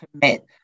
commit